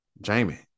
Jamie